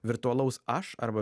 virtualaus aš arba